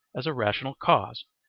as a rational cause,